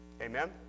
Amen